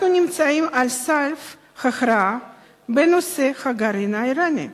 אנחנו נמצאים על סף הכרעה בנושא הגרעין האירני.